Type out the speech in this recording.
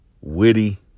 witty